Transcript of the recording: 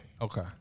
Okay